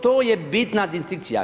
To je bitna distinkcija.